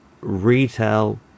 retail